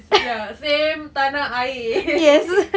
ya same tanah air